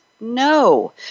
No